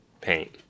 paint